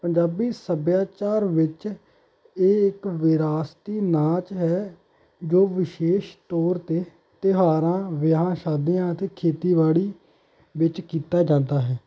ਪੰਜਾਬੀ ਸੱਭਿਆਚਾਰ ਵਿੱਚ ਇਹ ਇੱਕ ਵਿਰਾਸਤੀ ਨਾਚ ਹੈ ਜੋ ਵਿਸ਼ੇਸ਼ ਤੌਰ 'ਤੇ ਤਿਉਹਾਰਾਂ ਵਿਆਹ ਸ਼ਾਦੀਆਂ ਅਤੇ ਖੇਤੀਬਾੜੀ ਵਿੱਚ ਕੀਤਾ ਜਾਂਦਾ ਹੈ